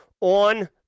on